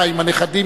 נוספת.